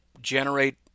generate